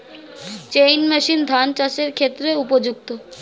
Chain machine ধান চাষের ক্ষেত্রে উপযুক্ত?